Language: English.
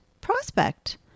prospect